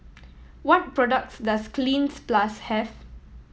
what products does Cleanz Plus have